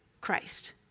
Christ